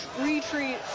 retreat